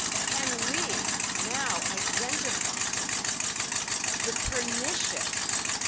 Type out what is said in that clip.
can we now identify the pernicious